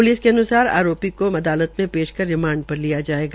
police के अनुसार आरोपी को अदालत मे पेश कर रिमांड पर लिया जायेगा